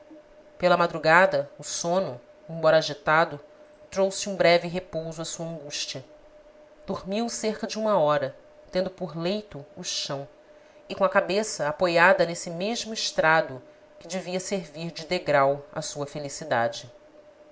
pela madrugada o sono embora agitado trouxe um breve repouso à sua angústia dormiu cerca de uma hora tendo por leito o chão e com a cabeça apoiada nesse mesmo estrado que devia servir de degrau à sua felicidade